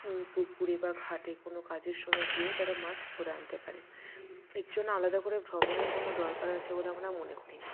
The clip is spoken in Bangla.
পুকুরে বা ঘাটে কোনও কাজের সময় গিয়েও তারা মাছ ধরে আনতে পারে এর জন্য আলাদা করে ভ্রমণের কোনও দরকার আছে বলে আমরা মনে করি না